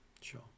Sure